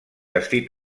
destí